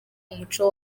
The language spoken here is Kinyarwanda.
umuco